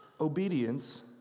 obedience